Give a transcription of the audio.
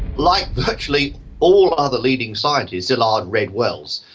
like virtually all other leading scientists, szilard read wells.